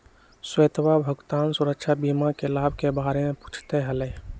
श्वेतवा भुगतान सुरक्षा बीमा के लाभ के बारे में पूछते हलय